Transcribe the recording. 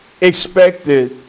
expected